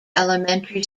elementary